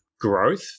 growth